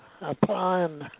applying